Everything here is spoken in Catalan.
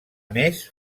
més